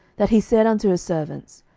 that he said unto his servants,